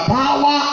power